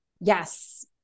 Yes